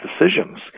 decisions